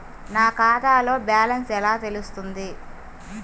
నా ఖాతాలో బ్యాలెన్స్ ఎలా తెలుస్తుంది?